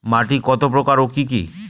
মাটি কতপ্রকার ও কি কী?